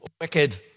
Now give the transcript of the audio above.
wicked